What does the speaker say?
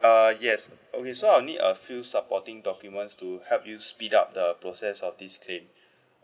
uh yes okay so I'll need a few supporting documents to help you speed up the process of this claim